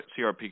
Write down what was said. CRP